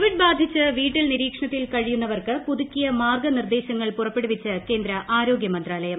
Covid ബാധിച്ച് വീട്ടിൽ നിരീക്ഷണത്തിൽ ന് കഴിയുന്നവർക്ക് പുതുക്കിയ മാർഗനിർദ്ദേശങ്ങൾ പുറപ്പെടുവിച്ച് കേന്ദ്ര ആരോഗ്യമന്ത്രാലയം